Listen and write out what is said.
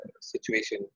situation